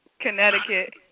Connecticut